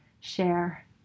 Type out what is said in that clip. share